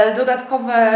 dodatkowe